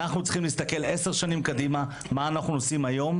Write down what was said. אנחנו צריכים להסתכל 10 שנים קדימה מה אנחנו עושים היום.